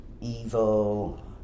evil